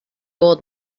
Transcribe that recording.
old